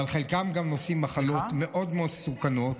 אבל חלקם גם נושאים מחלות מאוד מאוד מסוכנות.